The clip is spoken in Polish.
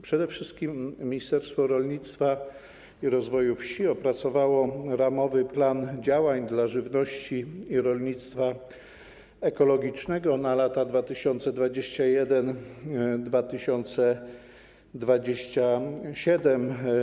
Przede wszystkim Ministerstwo Rolnictwa i Rozwoju Wsi opracowało „Ramowy plan działań dla żywności i rolnictwa ekologicznego na lata 2021-2027”